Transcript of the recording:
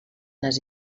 les